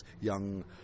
young